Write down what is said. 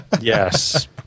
Yes